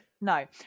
No